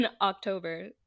October